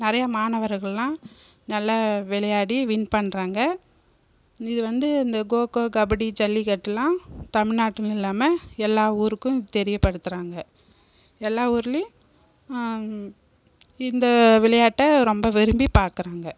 நிறையா மாணவர்கள் எல்லாம் நல்ல விளையாடி வின் பண்ணுறாங்க இது வந்து இந்த கொக்கோ கபடி ஜல்லிக்கட்டு எல்லாம் தமிழ்நாட்டுன்னு இல்லாம எல்லா ஊருக்கும் தெரியப்படுத்துறாங்க எல்லா ஊர்லையும் இந்த விளையாட்டை ரொம்ப விரும்பி பார்க்குறாங்க